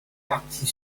partir